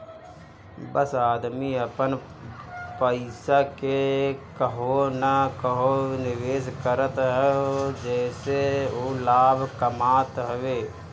सब आदमी अपन पईसा के कहवो न कहवो निवेश करत हअ जेसे उ लाभ कमात हवे